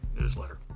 newsletter